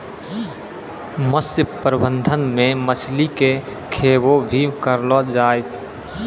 मत्स्य प्रबंधन मे मछली के खैबो भी करलो जाय